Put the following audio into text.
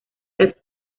las